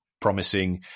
promising